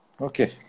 Okay